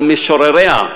על משורריה,